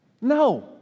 No